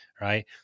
Right